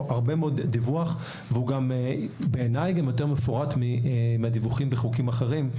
הרבה מאוד דיווח ובעיניי הוא גם יותר מפורט מהדיווחים בחוקים אחרים.